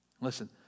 Listen